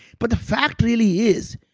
but the fact really is,